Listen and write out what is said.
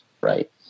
right